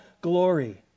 glory